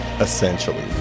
essentially